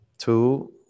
Two